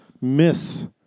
miss